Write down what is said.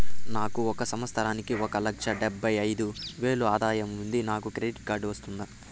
నాకు ఒక సంవత్సరానికి ఒక లక్ష డెబ్బై అయిదు వేలు ఆదాయం ఉంది నాకు క్రెడిట్ కార్డు వస్తుందా?